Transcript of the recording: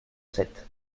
sept